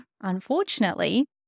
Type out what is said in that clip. unfortunately